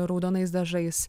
raudonais dažais